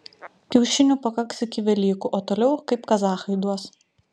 kiaušinių pakaks iki velykų o toliau kaip kazachai duos